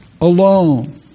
Alone